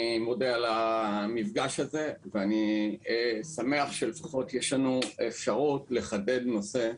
אני מודה על הישיבה הזאת ושמח שלפחות יש לנו אפשרות לחדד נושא.